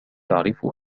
تعرف